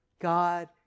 God